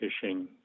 fishing